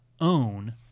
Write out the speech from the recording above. own